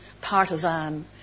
partisan